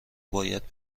باید